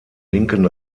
linken